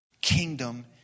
Kingdom